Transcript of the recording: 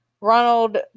Ronald